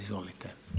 Izvolite.